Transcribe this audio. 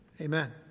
Amen